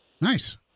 Nice